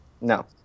No